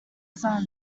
son